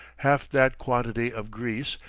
half that quantity of grease,